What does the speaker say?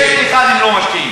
שקל אחד הם לא משקיעים.